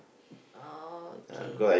oh okay